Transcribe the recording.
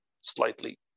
slightly